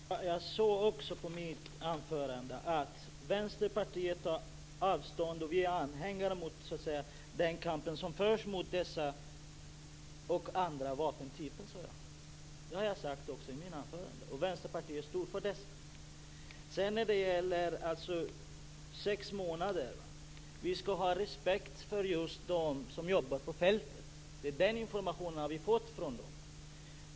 Fru talman! Jag sade också i mitt anförande att Vänsterpartiet är anhängare av den kamp som förs mot dessa och andra vapentyper och att vi tar avstånd från dem. Vänsterpartiet står för detta. När det sedan gäller att avbryta biståndet i sex månader skall vi ha respekt för just dem som jobbar på fältet. Vi har fått informationen från dem.